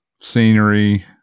scenery